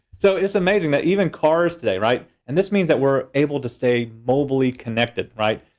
so it's amazing that even cars today, right? and this means that we're able to stay mobily connected, right?